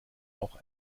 auch